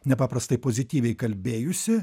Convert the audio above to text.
nepaprastai pozityviai kalbėjusi